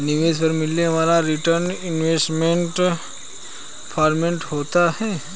निवेश पर मिलने वाला रीटर्न इन्वेस्टमेंट परफॉरमेंस होता है